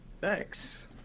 Thanks